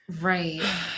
Right